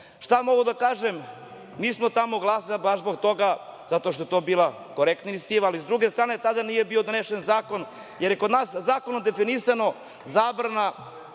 .Šta mogu da kažem? Mi smo tamo glasali baš zbog toga zato što je to bila korektna inicijativa, ali s druge strane tada nije bio donesen zakon, jer je kod nas zakonom definisano – zabrana